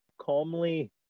calmly